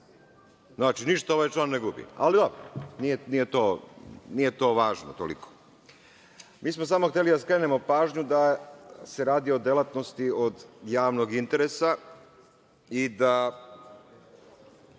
Znači, ništa ovaj član ne gubi. Ali, dobro, nije to važno toliko. Mi smo samo hteli da skrenemo pažnju da se radi o delatnosti od javnog interesa i da